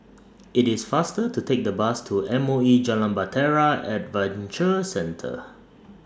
IT IS faster to Take The Bus to M O E Jalan Bahtera Adventure Centre